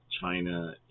China